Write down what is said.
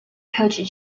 coach